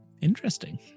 interesting